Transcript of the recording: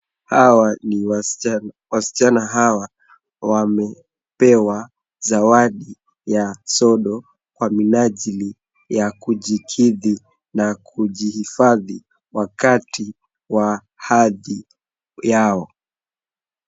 Hawa ni wasichana. Wasichana hawa wamepewa zawadi ya sodo, kwa minajili ya kujikidhi na kujihifadhi wakati wa hedhi yao.